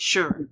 Sure